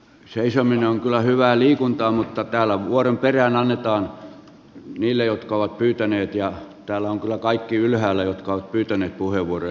seisominen on kyllä hyvää liikuntaa mutta täällä vuoronperään annetaan puheenvuoro niille jotka ovat pyytäneet ja täällä on kyllä kaikki ylhäällä jotka ovat pyytäneet puheenvuoroja